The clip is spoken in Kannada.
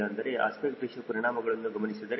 ಅಂದರೆ ಅಸ್ಪೆಕ್ಟ್ ರೇಶಿಯೋ ಪರಿಣಾಮಗಳನ್ನು ಗಮನಿಸಿದರೆ